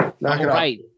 Right